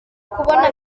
kubona